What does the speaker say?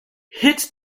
hit